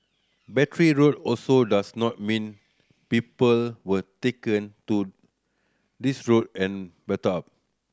Battery Road also does not mean people were taken to this road and battered up